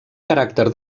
caràcter